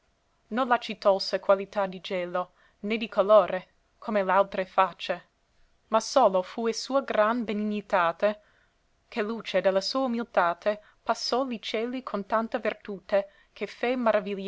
la ci tolse qualità di gelo né di calore come l'altre face ma solo fue sua gran benignitate ché luce de la sua umilitate passò li cieli con tanta vertute che fé